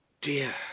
Dear